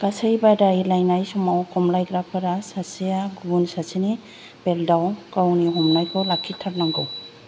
गासै बादायलायनाय समाव खमलायग्राफोरा सासेया गुबुन सासेनि बेल्टाव गावनि हमनायखौ लाखिथारनांगौ